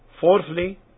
Fourthly